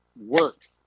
works